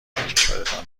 وکشورتان